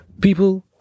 People